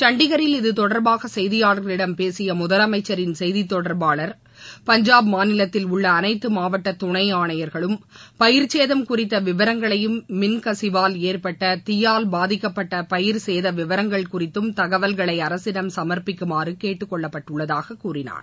சண்டிகரில் இதுதொடர்பாக செய்தியாளர்களிடம் பேசிய முதலமைச்சரின் செய்தித் தொடர்பாளர் பஞ்சாப் மாநிலத்தில் உள்ள அனைத்து மாவட்ட துணை ஆணையர்களும் பயிர் சேதம் குறித்த விவரங்களையும் மின்கசிவால் ஏற்பட்ட தீயால் பாதிக்கப்பட்ட பயிர் சேத விவரங்கள் குறித்தும் தகவல்களை அரசிடம் சமர்ப்பிக்குமாறு கேட்டுக் கொள்ளப்பட்டுள்ளதாக கூறினார்